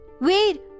Wait